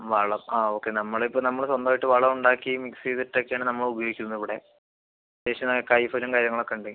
വളം ആ ഓക്കെ നമ്മൾ ഇപ്പോൾ നമ്മൾ സ്വന്തമായിട്ട് വളം ഉണ്ടാക്കി മിക്സ് ചെയ്തിട്ട് ഒക്കെ ആണ് നമ്മൾ ഉപയോഗിക്കുന്നത് ഇവിടെ അത്യാവശ്യം നല്ല കായ്ഫലം കാര്യങ്ങളൊക്കെ ഉണ്ട്